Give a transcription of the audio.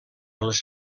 les